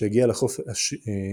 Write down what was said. שהגיע לחוף עשיר,